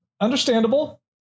Understandable